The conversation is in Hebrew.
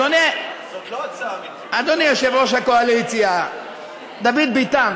אדוני יושב-ראש הקואליציה דוד ביטן,